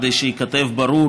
כדי שייכתב ברור